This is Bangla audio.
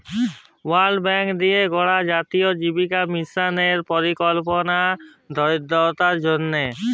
ওয়ার্ল্ড ব্যাংক দিঁয়ে গড়া জাতীয় জীবিকা মিশল ইক পরিকল্পলা দরিদ্দরদের জ্যনহে